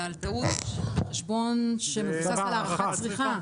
על טעות בחשבון שמבוסס להערכת צריכה.